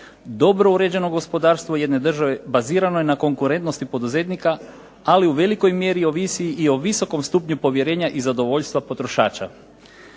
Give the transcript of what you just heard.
dobro uređeno gospodarstvo jedne države bazirano je na konkurentnosti poduzetnika ali u velikoj mjeri ovisi i o visokom stupnju povjerenja i zadovoljstva potrošača.